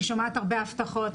אני שומעת הרבה הבטחות,